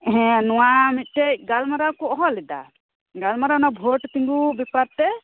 ᱦᱮᱸ ᱱᱚᱣᱟ ᱢᱤᱫᱴᱮᱡ ᱜᱟᱞᱢᱟᱨᱟᱣ ᱠᱚ ᱦᱚᱦᱚ ᱞᱮᱫᱟ ᱜᱟᱞᱢᱟᱨᱟᱣ ᱚᱱᱟ ᱵᱷᱳᱴ ᱛᱤᱸᱜᱩ ᱚᱱᱟ ᱵᱮᱯᱟᱨ ᱛᱮ